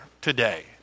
today